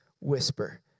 whisper